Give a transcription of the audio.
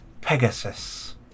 Pegasus